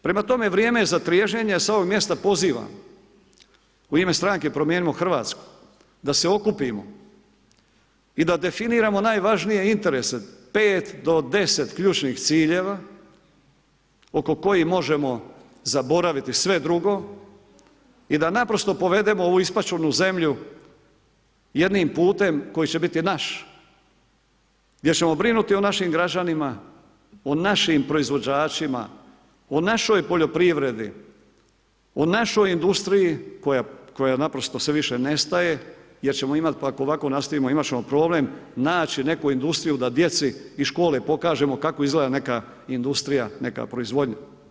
Prema tome vrijeme je za triježnjenje, s ovog mjesta pozivam u ime stranke Promijenimo Hrvatsku da se okupimo i da definiramo najvažnije interese, pet do deset ključnih ciljeva oko kojih možemo zaboraviti sve drugo i da naprosto povedemo ovu ispaćenu zemlju jednim putem koji će biti naš, gdje ćemo brinuti o našim građanima, o našim proizvođačima, o našoj poljoprivredi, o našoj industriji koja naprosto sve više nestaje jer ćemo ako ovako nastavimo imat ćemo problem naći neku industriju da djeci iz škole pokažemo kako izgleda neka industrija neka proizvodnja.